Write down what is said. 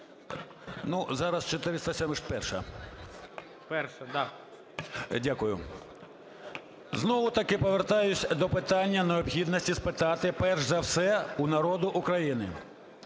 О.С. Да. Дякую. Знову-таки повертаюсь до питання необхідності спитати перш за все у народу України